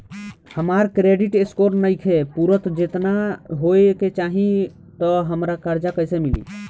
हमार credit score नईखे पूरत जेतना होए के चाही त हमरा कर्जा कैसे मिली?